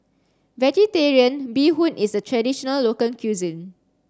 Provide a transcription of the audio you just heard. Vegetarian Bee Hoon is a traditional local cuisine